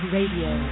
Radio